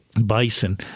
bison